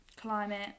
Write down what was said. Climate